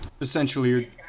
Essentially